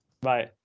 Bye